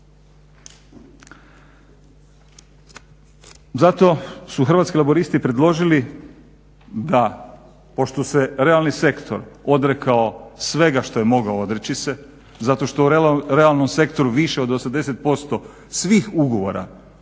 Zato su Hrvatski laburisti predložili da pošto se realni sektor odrekao svega što je mogao odreći se, zato što u realnom sektoru više od 80% svih ugovora